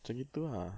macam gitu ah